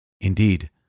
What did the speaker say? Indeed